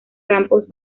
campos